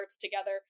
together